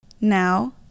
Now